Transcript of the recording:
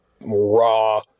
raw